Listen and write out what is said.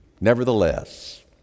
Nevertheless